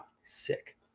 Sick